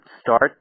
start